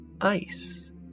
Ice